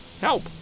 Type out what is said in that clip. help